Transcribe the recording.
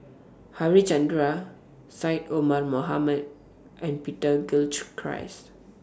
Harichandra Syed Omar Mohamed and Peter Gilchrist